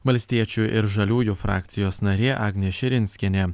valstiečių ir žaliųjų frakcijos narė agnė širinskienė